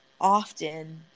often